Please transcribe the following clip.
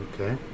Okay